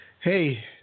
Hey